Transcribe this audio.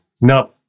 no